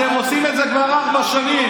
אתם עושים את זה כבר ארבע שנים.